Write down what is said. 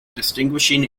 distinguishing